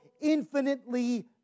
infinitely